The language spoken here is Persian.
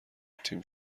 تیم